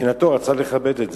מבחינתו רצה לכבד את זה.